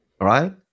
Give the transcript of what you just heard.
Right